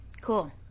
Cool